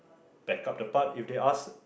backup the part if they asked